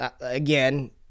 again